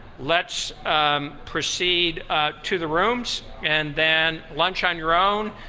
let's proceed to the rooms, and then lunch on your own.